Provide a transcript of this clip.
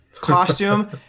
costume